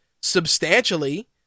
substantially